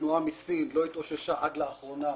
התנועה מסין לא התאוששה עד לאחרונה,